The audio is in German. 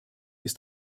ist